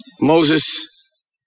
Moses